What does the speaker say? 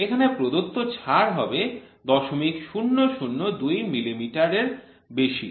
এখানে প্রদত্ত ছাড় হবে ০০০২ মিলিমিটার বেশি